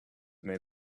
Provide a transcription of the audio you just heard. made